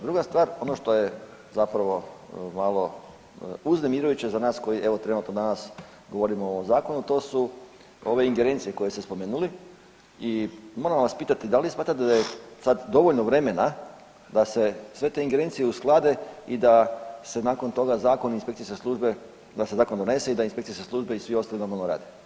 Druga stvar, ono što je zapravo malo uznemirujuće za nas koji evo trenutno danas govorimo o zakonu, to su ove ingerencije koje ste spomenuli i moram vas pitati da li smatrate da li je sad dovoljno vremena da se sve te ingerencije usklade i da se nakon toga zakoni inspekcijske službe, da se zakon donose i da inspekcijske službe i svi ostali normalno rade.